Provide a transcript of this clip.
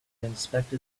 inspected